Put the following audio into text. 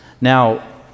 Now